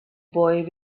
boy